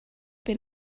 been